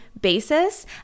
basis